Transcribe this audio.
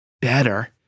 better